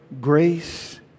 grace